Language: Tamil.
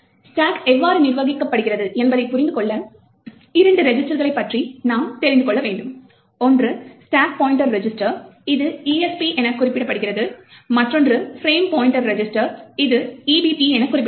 ஸ்டாக் எவ்வாறு நிர்வகிக்கப்படுகிறது என்பதைப் புரிந்து கொள்ள இரண்டு ரெஜிஸ்ட்டர்களைப் பற்றி நாம் தெரிந்து கொள்ள வேண்டும் ஒன்று ஸ்டேக் பாய்ண்ட்டர் ரெஜிஸ்ட்டர் இது ESP எனக் குறிக்கப்படுகிறது மற்றொன்று ஃபிரேம் பாய்ண்ட்டர் ரெஜிஸ்ட்டர் இது EBP எனக் குறிப்பிடப்படும்